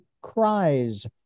cries